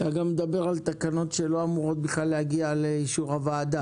אתה מדבר על תקנות שבכלל לא אמורות להגיע לאישור הוועדה.